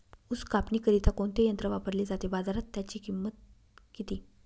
ऊस कापणीकरिता कोणते यंत्र वापरले जाते? बाजारात त्याची किंमत किती?